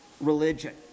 religion